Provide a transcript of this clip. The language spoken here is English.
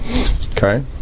Okay